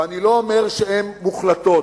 שאני לא אומר שהן מוחלטות,